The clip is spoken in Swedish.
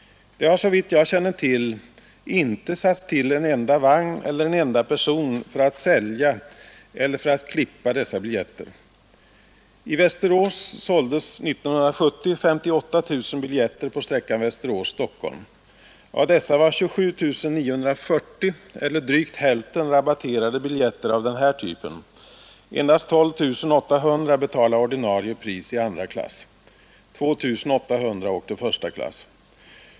Det har såvitt jag känner till inte satts till en enda vagn för att transportera de resande eller en enda person för att sälja eller för att klippa dessa biljetter. I Västerås såldes 1970 58 000 biljetter på sträckan Västerås—Stockholm. Av dessa var 27 944, eller drygt hälften, rabatterade biljetter av den här typen. Endast 12 800 betalade ordinarie pris i andra klass. 2 800 åkte första klass.